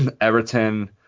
Everton